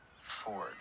Ford